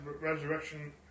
resurrection